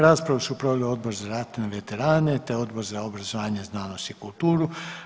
Raspravu je proveo Odbor za ratne veterane te Odbor za obrazovanje, znanost i kulturu.